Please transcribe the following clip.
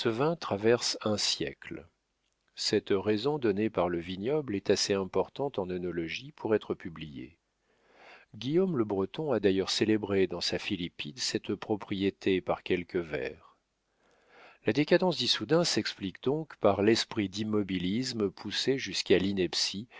traverse un siècle cette raison donnée par le vignoble est assez importante en œnologie pour être publiée guillaume le breton a d'ailleurs célébré dans sa philippide cette propriété par quelques vers la décadence d'issoudun s'explique donc par l'esprit d'immobilisme